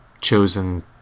chosen